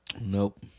Nope